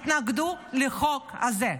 התנגדה לחוק הזה.